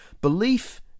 Belief